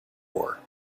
war